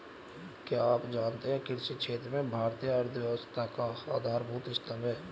क्या आप जानते है कृषि क्षेत्र भारतीय अर्थव्यवस्था का आधारभूत स्तंभ है?